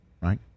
right